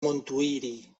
montuïri